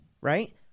right